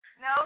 No